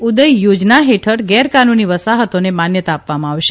ઉદય યોજના હેઠળ ગેરકાનૂની વસાહતોને માન્યતા આપવામાં આવશે